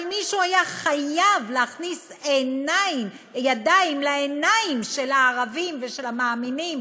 אבל מישהו היה חייב להכניס ידיים לעיניים של הערבים ושל המאמינים